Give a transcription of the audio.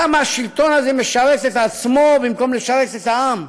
כמה השלטון הזה משרת את עצמו במקום לשרת את העם.